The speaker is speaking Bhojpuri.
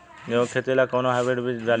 गेहूं के खेती ला कोवन हाइब्रिड बीज डाली?